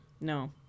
No